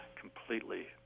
completely